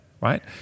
right